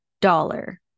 dollar